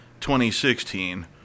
2016